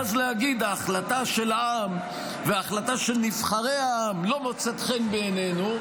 ואז להגיד: ההחלטה של העם וההחלטה של נבחרי העם לא מוצאת חן בעינינו,